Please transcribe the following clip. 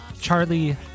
Charlie